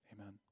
Amen